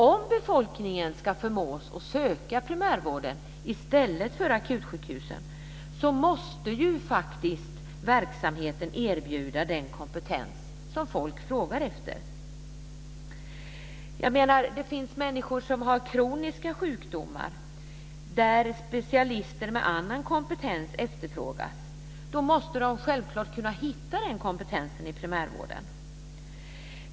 Om befolkningen ska förmås söka primärvården i stället för akutsjukhusen måste verksamheten erbjuda den kompetens som folk frågar efter. Det finns människor som har kroniska sjukdomar där specialister med annan kompetens efterfrågas. Då måste de självklart kunna hitta den kompetensen i primärvården.